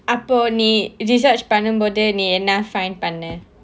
அப்போ நீ:appo nee oo பண்ணும் போது என்ன:pannum pothu enna um பண்ணுனே:pannunae